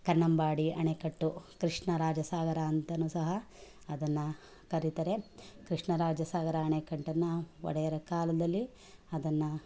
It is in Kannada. ಕನ್ನಂಬಾಡಿ ಅಣೆಕಟ್ಟು ಕೃಷ್ಣರಾಜ ಸಾಗರ ಅಂತಲೂ ಸಹ ಅದನ್ನು ಕರಿತಾರೆ ಕೃಷ್ಣರಾಜ ಸಾಗರ ಅಣೆಕಟ್ಟನ್ನು ಒಡೆಯರ ಕಾಲದಲ್ಲಿ ಅದನ್ನು